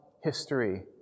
history